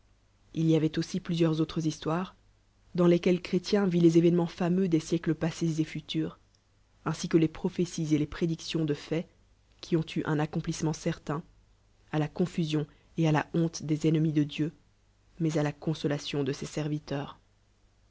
il y avoit aussi plusieon autres histoires dans lesqueues chrétied vit les év ement fameux des lièdes panés et futurs ainsi que les prophéties et les pré dictions de faits qui ont eu un accompjissemedt certain à la confusion et à la honte des endemis de dieu mais à la consolation de see serviteura